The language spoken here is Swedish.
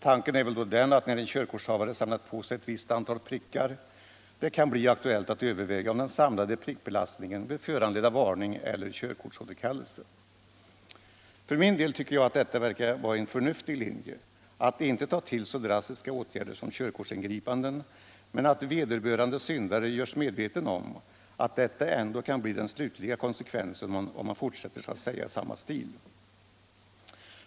Tanken är väl då den att när en körkortsinnehavare samlat på sig ett visst antal prickar det kan bli aktuellt att överväga om den samlade prickbelastningen bör föranleda varning eller körkortsåterkallelse. För min del tycker jag att detta verkar vara en förnuftig linje — att inte ta till så drastiska åtgärder som körkortsingripanden men att vederbörande syndare görs medveten om att detta ändå kan bli den slutliga konsekvensen om han fortsätter så att säga i samma stil.